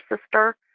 sister